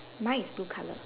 mine is blue color